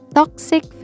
toxic